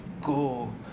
go